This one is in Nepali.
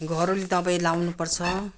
घरेलु दबाई लाउनुपर्छ